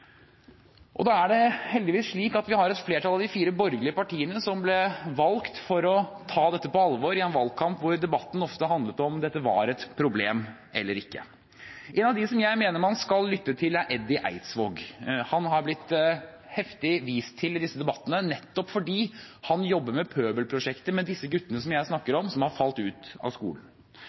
gjelder. Da er det heldigvis slik at vi har et flertall av de fire borgerlige partiene, som ble valgt for å ta dette på alvor, etter en valgkamp hvor debatten ofte handlet om dette var et problem eller ikke. En av dem som jeg mener man skal lytte til, er Eddi Eidsvåg. Han har blitt heftig vist til i disse debattene, nettopp fordi han jobber med Pøbelprosjektet, med disse guttene som jeg snakker om, som har falt ut av skolen.